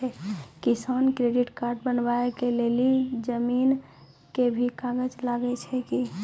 किसान credit card बनबा के लेल जमीन के भी कागज लागै छै कि?